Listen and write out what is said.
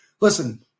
Listen